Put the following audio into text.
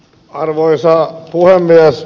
arvoisa puhemies